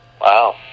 Wow